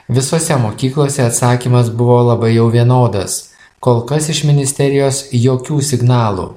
visose mokyklose atsakymas buvo labai jau vienodas kol kas iš ministerijos jokių signalų